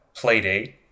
Playdate